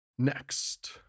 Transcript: Next